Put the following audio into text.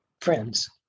friends